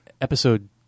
episode